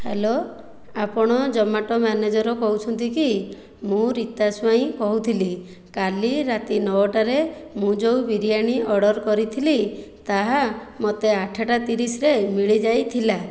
hello ଆପଣ Zomato manager କହୁଛନ୍ତି କି ମୁଁ ରୀତା ସ୍ୱାଇଁ କହୁଥିଲି କାଲି ରାତି ନଅଟାରେ ମୁଁ ଯେଉଁ ବିରିୟାନୀ ଅର୍ଡ଼ର କରିଥିଲି ତାହା ମୋତେ ଆଠଟା ତିରିଶରେ ମିଳିଯାଇଥିଲା